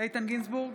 איתן גינזבורג,